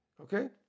okay